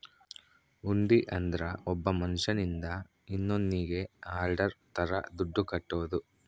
ಹುಂಡಿ ಅಂದ್ರ ಒಬ್ಬ ಮನ್ಶ್ಯನಿಂದ ಇನ್ನೋನ್ನಿಗೆ ಆರ್ಡರ್ ತರ ದುಡ್ಡು ಕಟ್ಟೋದು